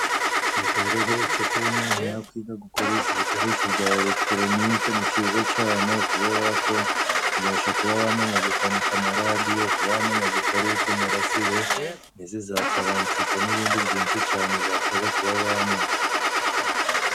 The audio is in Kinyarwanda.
Igikorwa co kuba umuntu yakwiga gukoresha ibikoresho bya elegitoronike ni ciza cane, kubera ko ubasha kuba wamenya gukanika amaradiyo, kuba wamenya gukoresha umurasire, n'izi za taransifo, n'ibindi byinshi cane ubashaga kuba wamenya.